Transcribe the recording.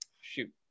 shoot